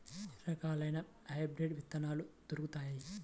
ఎన్ని రకాలయిన హైబ్రిడ్ విత్తనాలు దొరుకుతాయి?